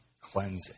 cleansing